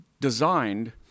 designed